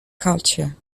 culture